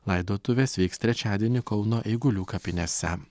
laidotuvės vyks trečiadienį kauno eigulių kapinėse